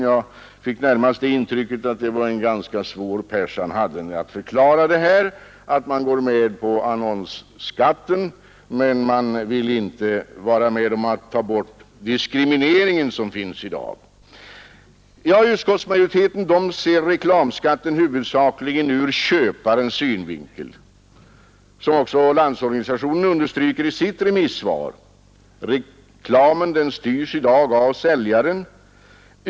Jag fick närmast intrycket att han hade en ganska svår pärs att förklara att centerpartiet går med på annonsskatten men inte vill vara med om att ta bort den diskriminering som finns i dag. Utskottsmajoriteten ser reklamskatten huvudsakligen ur köparens synvinkel. Landsorganisationen understryker i sitt remissvar att reklamen i dag styrs av säljaren.